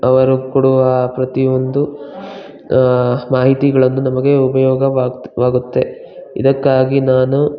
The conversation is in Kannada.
ಅವರು ಕೊಡುವ ಆ ಪ್ರತಿಯೊಂದು ಮಾಹಿತಿಗಳನ್ನು ನಮಗೆ ಉಪಯೋಗವಾಗ್ತ ವಾಗುತ್ತೆ ಇದಕ್ಕಾಗಿ ನಾನು